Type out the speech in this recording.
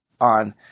on